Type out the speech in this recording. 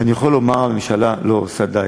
ואני יכול לומר: הממשלה לא עושה די,